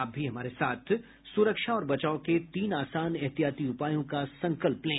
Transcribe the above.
आप भी हमारे साथ सुरक्षा और बचाव के तीन आसान एहतियाती उपायों का संकल्प लें